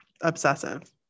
obsessive